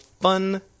fun